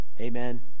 Amen